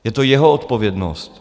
Je to jeho odpovědnost.